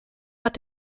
hat